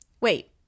Wait